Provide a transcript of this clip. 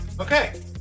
Okay